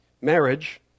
marriage